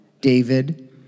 David